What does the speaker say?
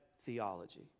theology